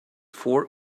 fort